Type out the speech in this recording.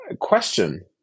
question